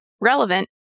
relevant